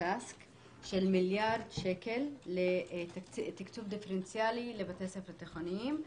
TASC של מיליארד שקל לתקצוב דיפרנציאלי לבתי ספר תיכוניים,